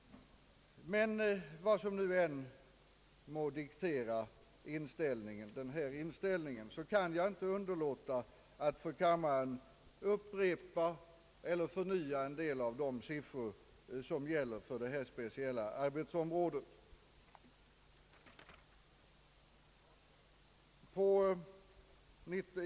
Vad som än må diktera denna inställning, kan jag inte underlåta att för kammaren upprepa eller förnya en del av de siffror som gäller för akademikernas utbildningsområde.